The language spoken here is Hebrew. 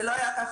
זה לא היה כך,